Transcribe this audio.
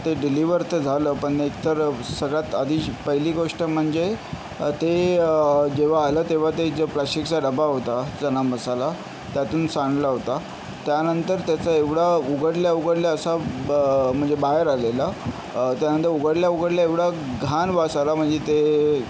ते डिलिव्हर तर झालं पण एकतर सगळ्यात आधी पहिली गोष्ट म्हणजे ते जेव्हा आलं तेव्हा ते जे प्लास्टिकचा डबा होता चना मसाला त्यातून सांडला होता त्यानंतर त्याचा एवढा उघडल्या उघडल्या असा ब म्हणजे बाहेर आलेला त्यानंतर उघडल्या उघडल्या एवढा घाण वास आला म्हणजे ते